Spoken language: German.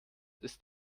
ist